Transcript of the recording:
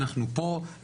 אנחנו פה.